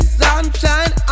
sunshine